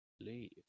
Leave